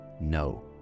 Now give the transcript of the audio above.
No